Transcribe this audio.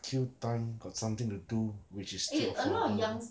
kill time got something to do which is still affordable